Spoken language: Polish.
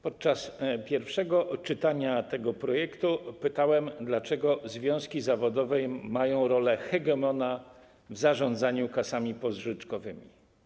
Podczas pierwszego czytania tego projektu pytałem, dlaczego związki zawodowe mają rolę hegemona w zarządzaniu kasami pożyczkowymi.